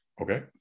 Okay